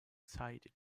cited